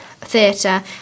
Theatre